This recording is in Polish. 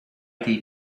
też